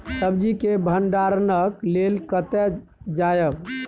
सब्जी के भंडारणक लेल कतय जायब?